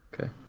Okay